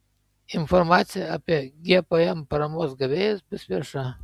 informacija apie gpm paramos gavėjus bus vieša